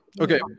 Okay